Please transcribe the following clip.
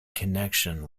connection